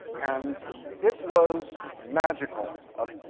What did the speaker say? and it was magical. ah